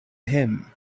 him